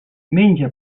menja